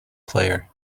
player